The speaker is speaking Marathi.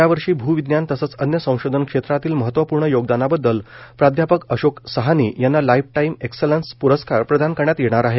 यावर्षी भूविज्ञान तसंच अन्य संशोधन क्षेत्रातील महत्त्वपूर्ण योगदानाबद्दल प्राध्यापक अशोक साहनी यांना लाइफ टाइम एक्सलन्स प्रस्कार प्रदान करण्यात येणार आहे